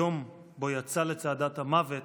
היום שבו יצא לצעדת המוות